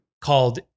called